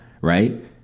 right